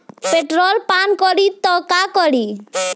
Petrol पान करी त का करी?